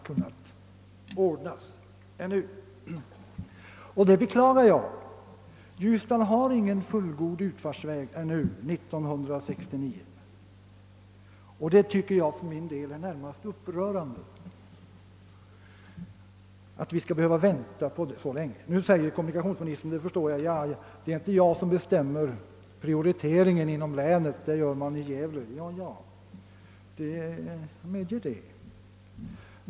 Ljusdal har ännu år 1969 ingen fullgod utfartsväg, och för min del tycker jag det är närmast upprörande att vi skall behöva vänta på detta så länge. Mot detta anför troligen kommunikationsministern att det inte är han som bestämmer prioriteringen inom länet utan att detta sker i Gävle. Jag medger att det ligger till så.